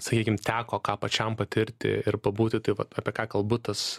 sakykim teko ką pačiam patirti ir pabūti tai vat apie ką kalbu tas